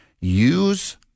Use